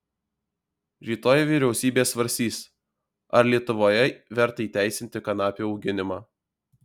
rytoj vyriausybė svarstys ar lietuvoje verta įteisinti kanapių auginimą